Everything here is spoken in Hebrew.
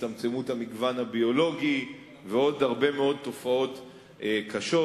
הצטמצמות המגוון הביולוגי ועוד הרבה מאוד תופעות קשות,